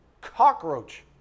cockroach